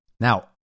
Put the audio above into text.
Now